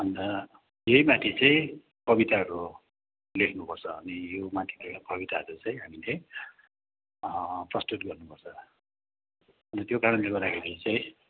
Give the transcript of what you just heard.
अन्त यही माथि चाहिँ कविताहरू लेख्नु पर्छ अनि यो माथि केही कविताहरू चाहिँ हामीले प्रस्तुत गर्नु पर्छ अन्त त्यो कारणले गर्दाखेरि चाहिँ